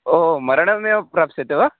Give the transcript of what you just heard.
ओ मरणमेव प्राप्स्यते वा